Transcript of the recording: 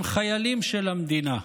הם חיילים של המדינה.